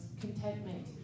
contentment